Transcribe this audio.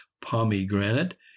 Pomegranate